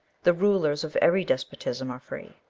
the rulers of every despotism are free.